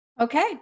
Okay